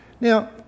Now